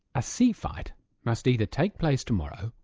a sea fight must either take place tomorrow,